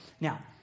Now